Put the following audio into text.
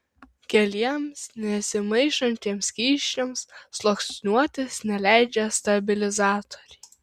keliems nesimaišantiems skysčiams sluoksniuotis neleidžia stabilizatoriai